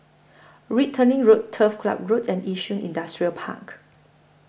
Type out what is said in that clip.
Wittering Road Turf Ciub Road and Yishun Industrial Park